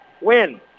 win